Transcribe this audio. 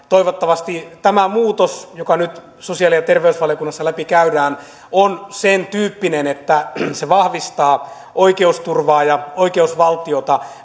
toivottavasti tämä muutos joka nyt sosiaali ja terveysvaliokunnassa läpikäydään on sentyyppinen että se vahvistaa oikeusturvaa ja oikeusvaltiota